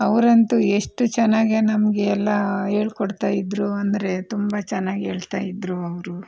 ಅವರಂತೂ ಎಷ್ಟು ಚೆನ್ನಾಗಿ ನಮಗೆಲ್ಲ ಹೇಳ್ಕೊಡ್ತಾಯಿದ್ರು ಅಂದರೆ ತುಂಬ ಚೆನ್ನಾಗಿ ಹೇಳ್ತಾಯಿದ್ರು ಅವರು